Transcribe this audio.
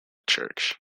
church